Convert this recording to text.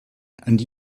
and